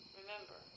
Remember